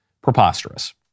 Preposterous